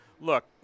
Look